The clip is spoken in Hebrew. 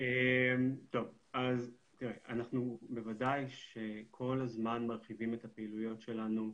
אנחנו בוודאי שכל הזמן מרחיבים את הפעילויות שלנו,